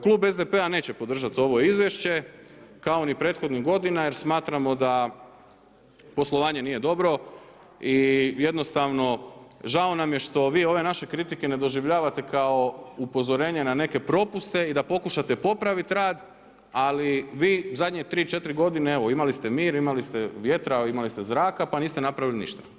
Klub SDP-a neće podržati ovo izvješće, kao ni prethodnih godina jer smatramo da poslovanje nije dobro i jednostavno žao nam je što vi ove naše kritike ne doživljavate kao upozorenje na neke propuste i da pokušate popraviti rad, ali vi zadnje 3, 4 godine evo, imali ste mir, imali ste vjetra, imali ste zraka, pa niste napravili ništa.